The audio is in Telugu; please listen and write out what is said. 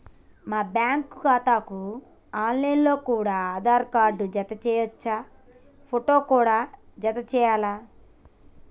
నా బ్యాంకు ఖాతాకు ఆన్ లైన్ లో కూడా ఆధార్ కార్డు జత చేయవచ్చా ఫోటో కూడా జత చేయాలా?